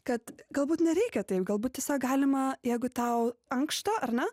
kad galbūt nereikia taip galbūt tiesiog galima jeigu tau ankšta ar ne